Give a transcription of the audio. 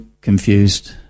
confused